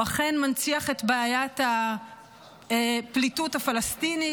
הוא אכן מנציח את בעיית הפליטות הפלסטינית,